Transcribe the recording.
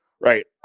Right